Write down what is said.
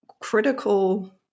critical